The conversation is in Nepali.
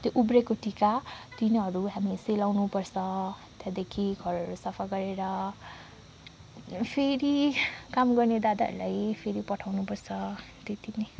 त्यो उब्रेको टिका तिनीहरू हामीले सेलाउनुपर्छ त्यहाँदेखि घरहरू सफा गरेर फेरि काम गर्ने दादाहरूलाई फेरि पठाउनुपर्छ त्यति नै